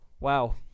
Wow